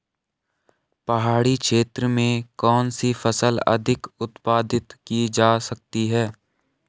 पहाड़ी क्षेत्र में कौन सी फसल अधिक उत्पादित की जा सकती है?